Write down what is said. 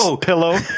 pillow